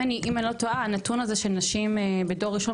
אם אני לא טועה הנתון לגבי הנשים בדור ראשון